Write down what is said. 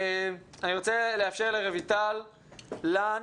אני רוצה לאפשר לרויטל לן